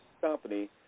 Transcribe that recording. company